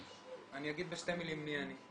אני אגיד בשני מילים מי אני.